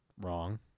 wrong